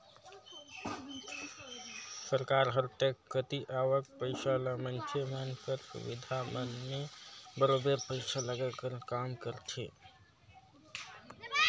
सरकार हर टेक्स कती आवक पइसा ल मइनसे मन कर सुबिधा मन में बरोबेर पइसा लगाए कर काम करथे